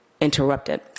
interrupted